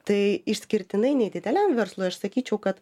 tai išskirtinai nedideliam verslui aš sakyčiau kad